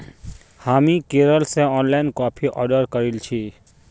हामी केरल स online coffee order करील छि